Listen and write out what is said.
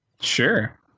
sure